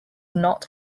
not